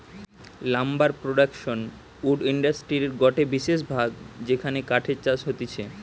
lumber production wood ইন্ডাস্ট্রির গটে বিশেষ ভাগ যেখানে কাঠের চাষ হতিছে